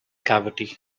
cavity